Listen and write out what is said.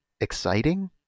exciting